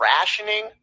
rationing